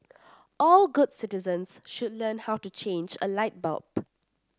all good citizens should learn how to change a light bulb